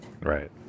Right